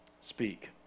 Speak